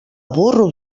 burro